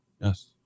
Yes